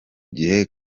gihe